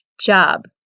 job